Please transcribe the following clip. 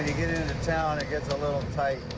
get into town, it gets a little tight.